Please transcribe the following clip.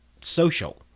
social